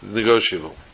negotiable